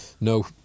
No